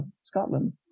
Scotland